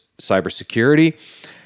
cybersecurity